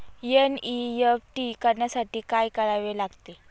NEFT करण्यासाठी काय करावे लागते?